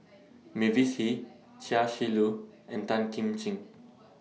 Mavis Hee Chia Shi Lu and Tan Kim Ching